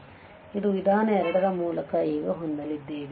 ಆದ್ದರಿಂದ ಇದು ವಿಧಾನ 2 ರ ಮೂಲಕ ಈಗ ಹೊಂದಲಿದ್ದೇವೆ